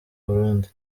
burundi